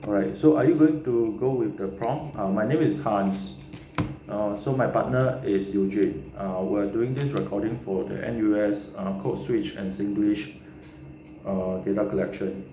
alright so are you going to go with the prompt um my name is hans um so my partner is eugene um we are doing this recording for the N_U_S codeswitch and singlish err data collection